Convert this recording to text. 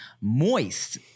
moist